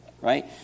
Right